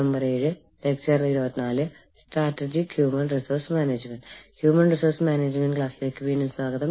നമ്മൾ കഴിഞ്ഞ തവണ സംസാരിച്ചത് ഇന്റർനാഷണൽ ഹ്യൂമൻ റിസോഴ്സ് മാനേജ്മെന്റിനെക്കുറിച്ചാണ്